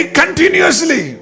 continuously